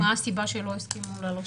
מה הסיבה שלא הסכימו להעלות אותו לטיסה?